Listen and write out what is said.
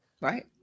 Right